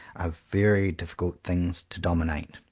are very difficult things to dominate.